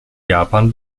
japan